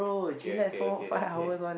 okay okay okay okay